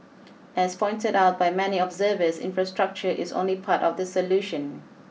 as pointed out by many observers infrastructure is only part of the solution